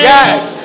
Yes